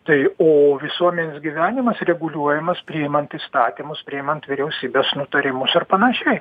tai o visuomenės gyvenimas reguliuojamas priimant įstatymus priimant vyriausybės nutarimus ir panašiai